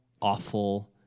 awful